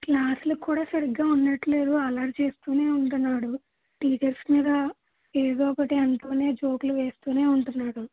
క్లాస్లో కూడ సరిగ్గా ఉండట్లేదు అల్లరి చేస్తూనే ఉంటున్నాడు టీచర్స్ మీద ఏదోకటి అంటూనే జోక్లు వేస్తూనే ఉంటున్నాడు